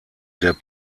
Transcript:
der